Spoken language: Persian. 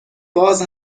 باز